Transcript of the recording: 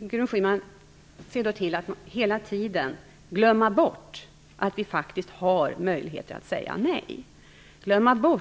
Gudrun Schyman ser till att det hela tiden glöms bort att vi faktiskt har möjligheter att säga nej,